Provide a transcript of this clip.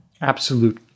absolute